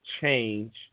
change